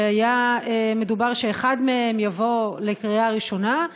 שהיה מדובר שאחד מהם יבוא לקריאה ראשונה,